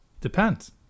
depends